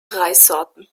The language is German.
reissorten